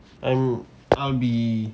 I'm I'll be